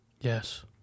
Yes